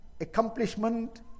accomplishment